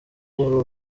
uru